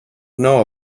know